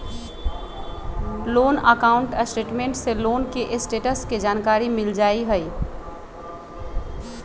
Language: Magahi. लोन अकाउंट स्टेटमेंट से लोन के स्टेटस के जानकारी मिल जाइ हइ